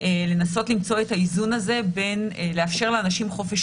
לנסות למצוא את האיזון הזה בין לאפשר לאנשים חופש